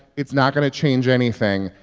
it's not going to change anything.